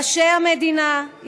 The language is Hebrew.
ראשי המדינה,